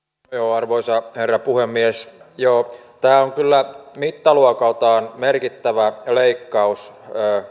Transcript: arvoisa herra puhemies joo tämä on kyllä mittaluokaltaan merkittävä leikkaus